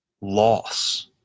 loss